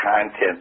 content